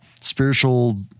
spiritual